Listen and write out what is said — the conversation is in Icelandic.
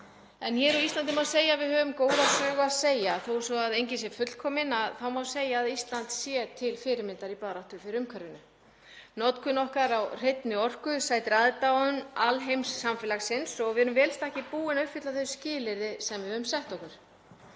Hér á Íslandi má segja að við höfum góða sögu að segja og þó svo að enginn sé fullkominn þá má segja að Ísland sé til fyrirmyndar í baráttu fyrir umhverfinu. Notkun okkar á hreinni orku sætir aðdáun alheimssamfélagsins og við erum vel í stakk búin að uppfylla þau skilyrði sem við höfum sett okkur.